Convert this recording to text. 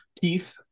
Keith